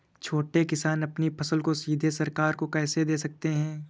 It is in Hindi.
छोटे किसान अपनी फसल को सीधे सरकार को कैसे दे सकते हैं?